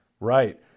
Right